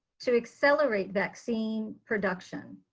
to accelerate vaccine production.